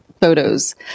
photos